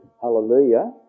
Hallelujah